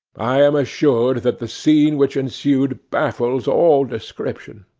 i am assured that the scene which ensued baffles all description.